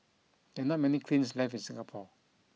there are not many kilns left in Singapore